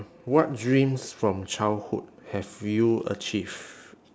what dreams from childhood have you achieve